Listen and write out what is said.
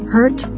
Hurt